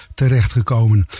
terechtgekomen